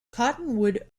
cottonwood